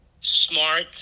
smart